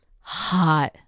Hot